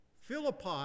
Philippi